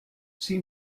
sie